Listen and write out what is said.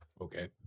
Okay